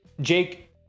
Jake